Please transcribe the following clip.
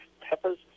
peppers